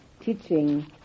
teaching